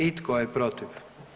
I tko je protiv?